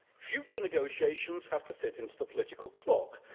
future negotiations have to fit into the political clock,